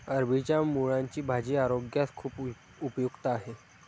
अरबीच्या मुळांची भाजी आरोग्यास खूप उपयुक्त आहे